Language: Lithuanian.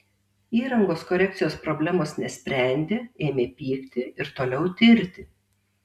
įrangos korekcijos problemos nesprendė ėmė pykti ir toliau tirti